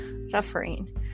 suffering